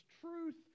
truth